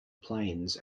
planes